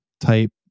type